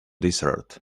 desert